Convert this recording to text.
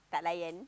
tidak layan